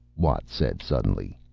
watt said suddenly,